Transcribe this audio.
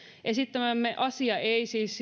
esittämäämme asiaa ei siis